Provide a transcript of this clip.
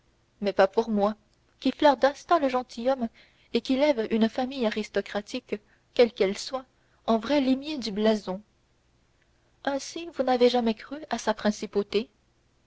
mais pas pour moi qui flaire d'instinct le gentilhomme et qui lève une famille aristocratique quelle qu'elle soit en vrai limier du blason ainsi vous n'avez jamais cru à sa principauté